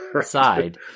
side